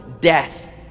death